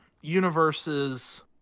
universes